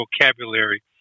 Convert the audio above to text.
vocabulary